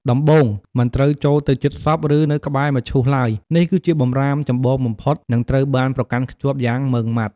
ដំបូង មិនត្រូវចូលទៅជិតសព ឬនៅក្បែរមឈូសឡើយ នេះគឺជាបម្រាមចម្បងបំផុត និងត្រូវបានប្រកាន់ខ្ជាប់យ៉ាងម៉ឺងម៉ាត់។